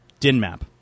DinMap